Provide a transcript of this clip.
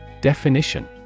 Definition